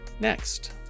Next